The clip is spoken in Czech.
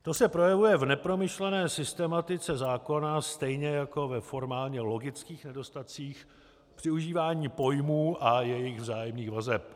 To se projevuje v nepromyšlené systematice zákona stejně jako ve formálně logických nedostatcích při užívání pojmů a jejich vzájemných vazeb.